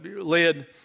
led